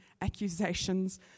accusations